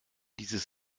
dieses